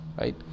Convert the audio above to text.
right